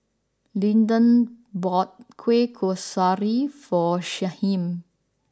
Lyndon bought Kueh Kasturi for Shyheim